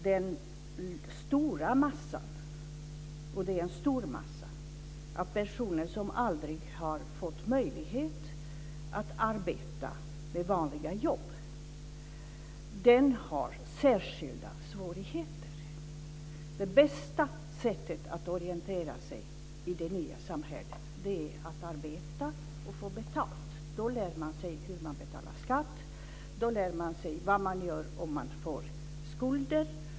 Den stora massa - och det är en stor massa - av personer som aldrig har fått möjlighet att arbeta med vanliga jobb har särskilda svårigheter. Det bästa sättet att orientera sig i det nya samhället är att arbeta och få betalt. Då lär man sig hur man betalar skatt. Då lär man sig vad man gör om man får skulder.